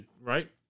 right